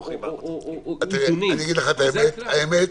האמת,